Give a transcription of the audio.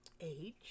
age